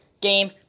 game